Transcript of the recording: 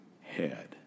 head